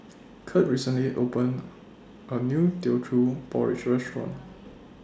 Curt recently opened A New Teochew Porridge Restaurant